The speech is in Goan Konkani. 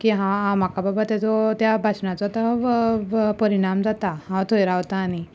की हां म्हाका बाबा तेचो त्या भाशणाचो तो परिणाम जाता हांव थंय रावता आनी